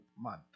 month